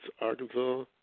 Arkansas